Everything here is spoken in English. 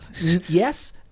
yes